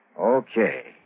Okay